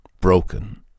broken